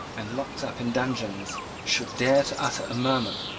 and locked up in dungeons, should dare to utter a murmur,